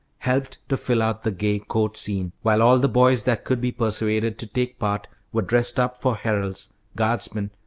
helped to fill out the gay court scene, while all the boys that could be persuaded to take part were dressed up for heralds, guardsmen,